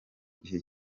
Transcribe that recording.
gihe